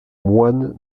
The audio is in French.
moine